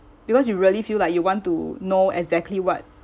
because you really feel like you want to know exactly what